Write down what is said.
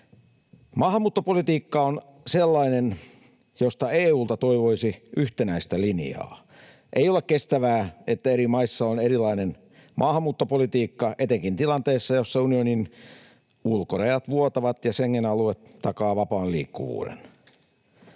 Maahanmuuttopolitiikka on sellainen, josta EU:lta toivoisi yhtenäistä linjaa. Ei ole kestävää, että eri maissa on erilainen maahanmuuttopolitiikka, etenkin tilanteessa, jossa unionin ulkorajat vuotavat ja Schengen-alue takaa vapaan liikkuvuuden.